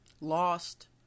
Lost